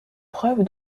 preuve